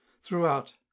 Throughout